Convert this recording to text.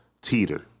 teeter